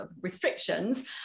restrictions